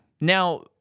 Now